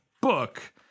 book